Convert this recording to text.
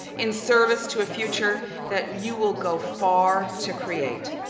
in service to a future that you will go far to create.